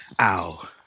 Ow